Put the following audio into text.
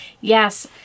Yes